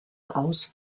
aus